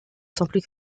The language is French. simple